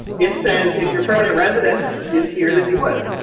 it says, if your permanent residence is here, then you would.